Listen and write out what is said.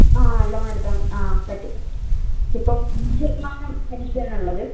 ആ ലോൺ എടുക്കാൻ പറ്റും ഇപ്പം അഞ്ച് ശതമാനം പലിശ ആണുള്ളത്